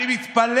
אני אומר לך,